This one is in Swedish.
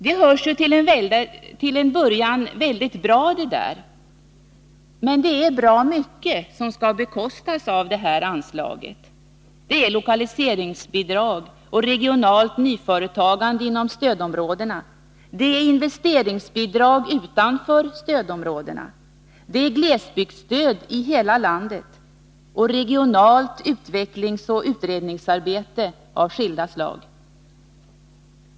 Det låter till en början väldigt bra, men det är bra mycket som skall bekostas från det här anslaget. Det är lokaliseringsbidrag och regionalt nyföretagande inom stödområdena, det är investeringsbidrag utanför stödområdena, det är glesbygdsstöd i hela landet och regionalt utvecklingsoch utredningsarbete av skilda slag.